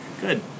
Good